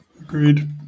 Agreed